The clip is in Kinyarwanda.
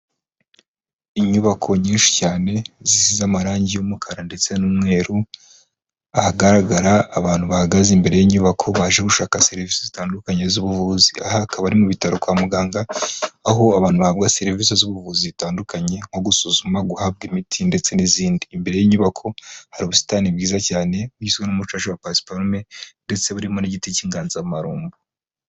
Inyubako nyinshi cyane zisize amarangi y'umukara ndetse n'umweru ahagaragara abantu bahagaze imbere y'inyubako baje gushaka serivisi zitandukanye z'ubuvuzi, aha hakaba ari mu bitaro kwa muganga aho abantu bahabwa serivisi z'ubuvuzi zitandukanye nko gusuzuma, guhabwa imiti ndetse n'izindi, imbere y'inyubako hari ubusitani bwiza cyane bugizwe n'umucaca wa pasiparume ndetse burimo n'igiti cy'inganzamarumbo.